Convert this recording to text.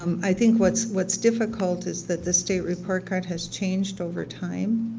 i think what's what's difficult is that the state report card has changed over time.